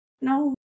No